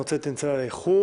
אני רוצה להתנצל על האיחור.